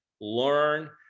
learn